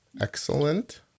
Excellent